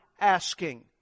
asking